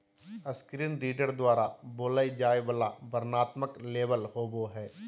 screen reader द्वारा बोलय जाय वला वर्णनात्मक लेबल होबो हइ